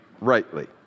rightly